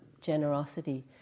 generosity